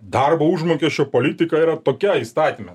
darbo užmokesčio politika yra tokia įstatyme